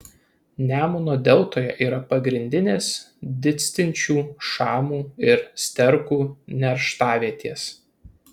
nemuno deltoje yra pagrindinės didstinčių šamų ir sterkų nerštavietės